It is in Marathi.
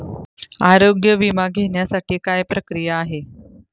आरोग्य विमा घेण्यासाठी काय प्रक्रिया आहे?